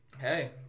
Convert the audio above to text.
hey